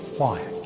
why?